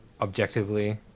objectively